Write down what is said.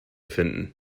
finden